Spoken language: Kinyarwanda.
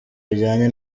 bijyanye